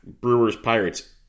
Brewers-Pirates